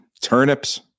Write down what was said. turnips